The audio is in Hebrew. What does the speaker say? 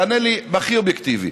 ותענה לי בהכי אובייקטיבי,